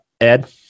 ed